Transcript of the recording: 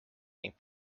ning